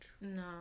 No